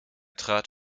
trat